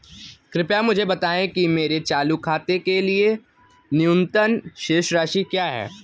कृपया मुझे बताएं कि मेरे चालू खाते के लिए न्यूनतम शेष राशि क्या है?